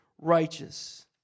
righteous